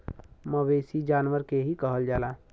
मवेसी जानवर के ही कहल जाला